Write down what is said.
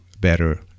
better